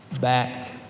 back